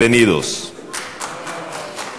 (אומר דברים בשפה הספרדית,